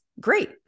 Great